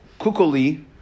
Kukuli